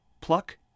Pluck